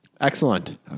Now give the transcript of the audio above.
Excellent